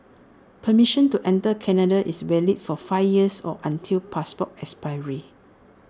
permission to enter Canada is valid for five years or until passport expiry